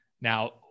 now